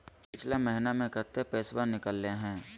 पिछला महिना मे कते पैसबा निकले हैं?